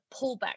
pullback